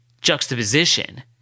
juxtaposition